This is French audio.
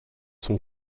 son